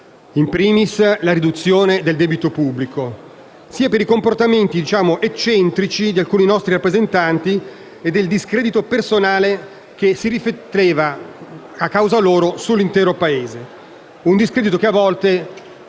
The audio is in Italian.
*in primis* nella riduzione del debito pubblico, sia per i comportamenti eccentrici di alcuni nostri rappresentanti e per il discredito personale che si rifletteva, a causa loro, sull'intero Paese. Si tratta di un discredito che, a volte,